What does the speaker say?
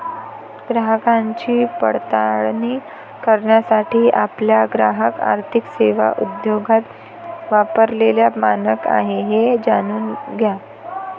ग्राहकांची पडताळणी करण्यासाठी आपला ग्राहक आर्थिक सेवा उद्योगात वापरलेला मानक आहे हे जाणून घ्या